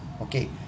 okay